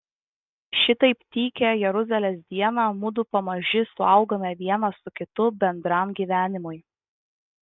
šitaip tykią jeruzalės dieną mudu pamaži suaugome vienas su kitu bendram gyvenimui